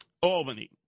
Albany